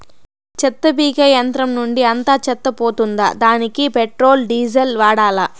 చెత్త పీకే యంత్రం నుండి అంతా చెత్త పోతుందా? దానికీ పెట్రోల్, డీజిల్ వాడాలా?